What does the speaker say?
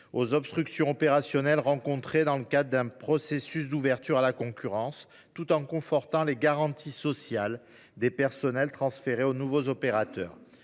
aux obstructions opérationnelles rencontrées dans le cadre du processus d’ouverture à la concurrence, tout en confortant les garanties sociales des personnels transférés aux nouveaux opérateurs.